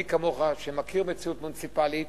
מי כמוך שמכיר מציאות מוניציפלית: